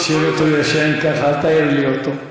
תשאיר אותו ישן, ככה, אל תעיר לי אותו.